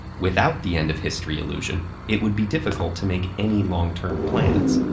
without the end of history illusion, it would be difficult to make any long-term plans.